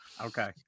Okay